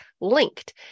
linked